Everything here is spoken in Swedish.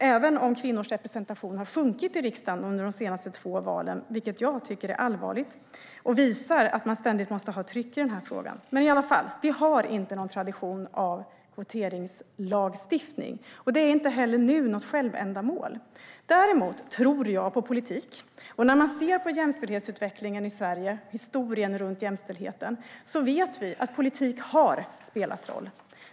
Även om kvinnors representation har sjunkit i riksdagen under de senaste två valen - vilket jag tycker är allvarligt och visar att det ständigt måste vara ett tryck i frågan - finns det i alla fall inte någon tradition av kvoteringslagstiftning. Det är inte heller nu något självändamål. Däremot tror jag på politik. Historien runt jämställdhetsutvecklingen i Sverige visar att politik har spelat roll.